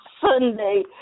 Sunday